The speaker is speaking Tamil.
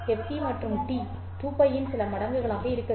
fc மற்றும் T 2π இன் சில மடங்குகளாக இருக்க வேண்டும்